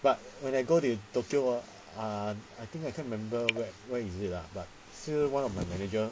but when I go to tokyo ah I think I can't remember where where is it lah but one of my manager